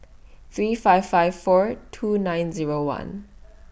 three five five four two nine Zero one